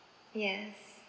yes